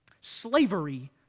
slavery